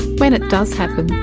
when it does happen,